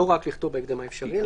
לא רק לכתוב "בהקדם האפשרי".